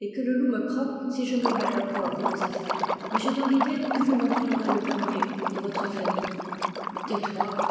et que le loup me croque si je me mêle encore de vos affaires mais j'ai dans l'idée que vous m'en parlerez le premier de votre fanny tais-toi